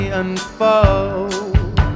unfold